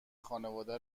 خانواده